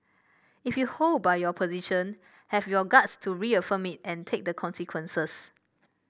if you hold by your position have your guts to reaffirm it and take the consequences